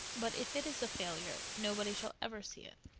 but if it is a failure nobody shall ever see it.